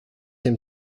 him